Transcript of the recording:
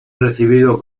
recibido